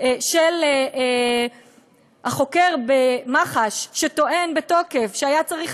של החוקר במח"ש שטוען בתוקף שהיה צריך